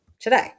today